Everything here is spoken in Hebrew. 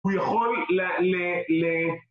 הוא יכול ל...